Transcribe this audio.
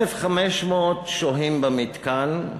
1,500 שוהים במתקן,